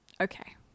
okay